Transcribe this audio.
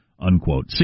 Unquote